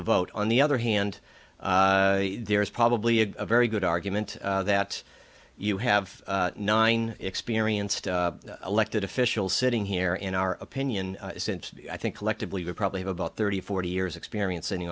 the vote on the other hand there is probably a very good argument that you have nine experienced elected officials sitting here in our opinion since i think collectively would probably have about thirty forty years experience